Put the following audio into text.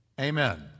Amen